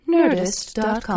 Nerdist.com